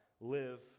live